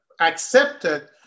accepted